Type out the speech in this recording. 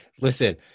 listen